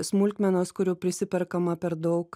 smulkmenos kurių prisiperkama per daug